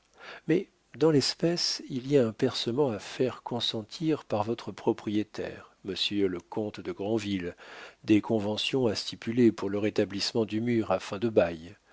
mais dans l'espèce il y a un percement à faire consentir par votre propriétaire monsieur le comte de grandville des conventions à stipuler pour le rétablissement du mur à fin de bail